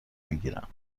میگیرم